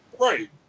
Right